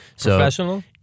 Professional